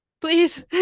Please